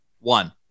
one